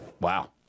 wow